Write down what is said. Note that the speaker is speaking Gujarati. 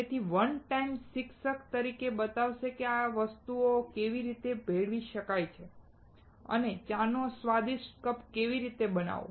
તેથી વન ટાઇમ શિક્ષક તમને બતાવશે કે આ વસ્તુઓને કેવી રીતે ભેળવી શકાય અને ચાનો સ્વાદિષ્ટ કપ કેવી રીતે બનાવવો